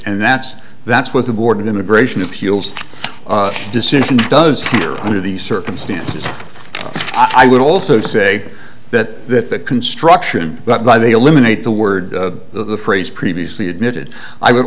and that's that's what the board of immigration appeals decision does under these circumstances i would also say that the construction but by they eliminate the word the phrase previously admitted i would